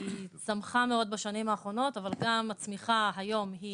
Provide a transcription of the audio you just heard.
היא צמחה מאוד בשנים האחרונות אבל גם היום היא